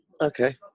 Okay